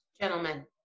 Gentlemen